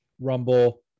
Rumble